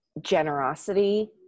generosity